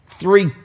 Three